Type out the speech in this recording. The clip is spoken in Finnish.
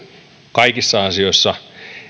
kaikissa asioissa